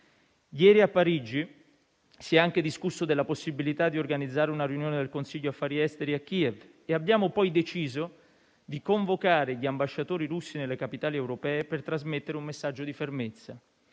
Ieri a Parigi si è anche discusso della possibilità di organizzare una riunione del Consiglio affari esteri a Kiev e abbiamo poi deciso di convocare gli ambasciatori russi nelle capitali europee per trasmettere un messaggio di fermezza.